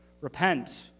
repent